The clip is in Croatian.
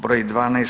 Broj 12.